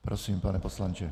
Prosím, pane poslanče.